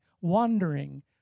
wandering